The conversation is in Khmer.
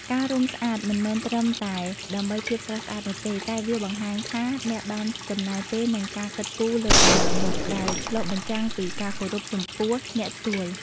ការរុំស្អាតមិនមែនគ្រាន់តែដើម្បីភាពស្រស់ស្អាតនោះទេ តែវាបង្ហាញថាអ្នកបានចំណាយពេល និងការគិតគូរលើអំណោយនោះ ដែលឆ្លុះបញ្ចាំងពីការគោរពចំពោះអ្នកទទួល។